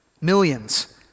millions